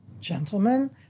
gentlemen